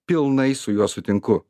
pilnai su juo sutinku